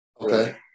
Okay